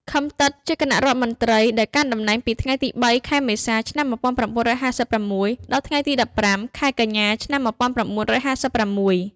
ឃឹម ទិតជាគណៈរដ្ឋមន្ត្រីដែលកាន់តំណែងពីថ្ងៃទី ៣ ខែមេសា ឆ្នាំ១៩៥៦ ដល់ថ្ងៃទី ១៥ ខែកញ្ញា ឆ្នាំ១៩៥៦។